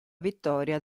vittoria